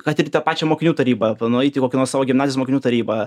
kad ir į tą pačią mokinių tarybą pa nueit į kokį nors savo gimnazijos mokinių tarybą